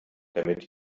damit